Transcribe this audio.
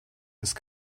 ist